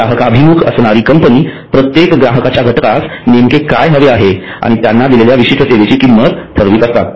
ग्राहकाभिमुख असणारी कंपनी प्रत्येक ग्राहकांच्या घटकास नेमके काय हवे आहे आणि त्याना दिलेल्या विशिष्ठ सेवेची किंमत ठरवत असतात